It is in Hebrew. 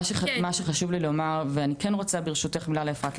מה שחשוב לי לומר ואני כן רוצה ברשותך מילה לאפרת.